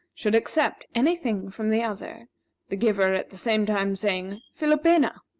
should accept any thing from the other the giver at the same time saying philopena!